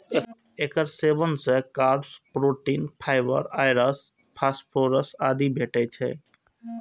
एकर सेवन सं carbs, protein, fibre, आयरस, फास्फोरस आदि भेटै छै